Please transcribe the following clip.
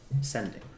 sending